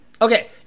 Okay